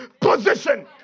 position